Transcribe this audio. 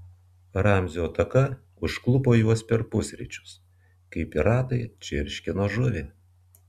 ramzio ataka užklupo juos per pusryčius kai piratai čirškino žuvį